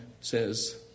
says